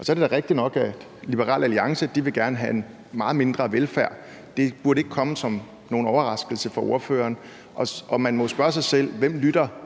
Så er det da rigtigt nok, at Liberal Alliance gerne vil have meget mindre velfærd. Det burde ikke komme som nogen overraskelse for ordføreren. Man må jo spørge sig selv: Hvem lytter